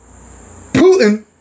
Putin